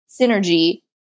synergy